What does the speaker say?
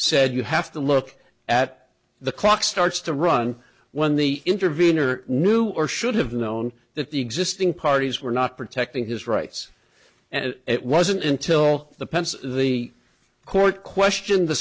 said you have to look at the clock starts to run when the intervenor knew or should have known that the existing parties were not protecting his rights and it wasn't until the pence the court questioned the